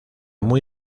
muy